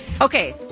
Okay